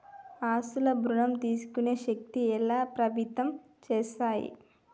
ఆస్తుల ఋణం తీసుకునే శక్తి ఎలా ప్రభావితం చేస్తాయి?